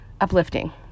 uplifting